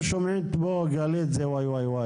המזרחית של אעבלין ומייצרת כמויות מסוימות של